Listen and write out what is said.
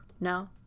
No